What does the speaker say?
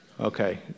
Okay